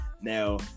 Now